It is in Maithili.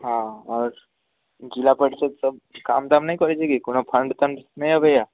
ओ आओर जिला परिषद सब कोनो काम धाम नहि करैत छै की कोनो फण्ड तन्ड नहि अबैया